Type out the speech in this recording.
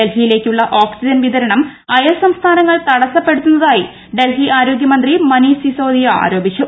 ഡൽഹിയിലേ ക്കുള്ള ഓക്സിജൻ വിതരണം അയൽ സംസ്ഥാനങ്ങൾ തടസ്സപ്പെടു ത്തുന്നതായി ഡൽഹി ആരോഗ്യ മന്ത്രി മനീഷ് സിസോദിയ ആരോ പിച്ചു